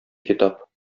китап